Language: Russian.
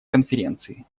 конференции